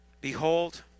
Behold